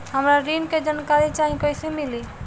हमरा ऋण के जानकारी चाही कइसे मिली?